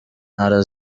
ntara